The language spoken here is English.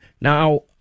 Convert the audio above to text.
Now